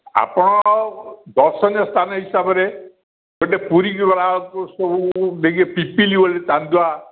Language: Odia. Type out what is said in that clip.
ଆପଣ ଦର୍ଶନୀୟ ସ୍ଥାନ ହିସାବରେ ଗୋଟେ ପୁରୀ କି ଗଲାବେଳକୁ ଗୋଟେ ସବୁ ପିପିଲି ଗୋଟେ ଚାନ୍ଦୁଆ